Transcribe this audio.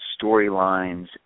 storylines